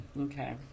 Okay